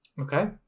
Okay